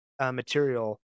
material